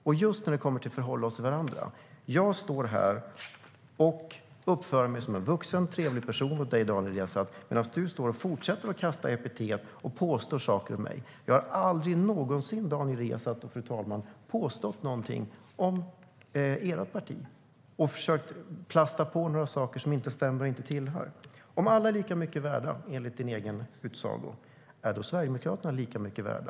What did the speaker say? När det gäller hur vi förhåller oss till varandra kan jag säga att jag står här och uppför mig som en vuxen, trevlig person mot dig, Daniel Riazat, medan du står och fortsätter att kasta epitet och påstå saker om mig. Jag har aldrig någonsin, Daniel Riazat, påstått någonting om ert parti och försökt plasta på saker som inte stämmer och inte hör till. Om alla är lika mycket värda enligt din egen utsago, är då Sverigedemokraterna lika mycket värda?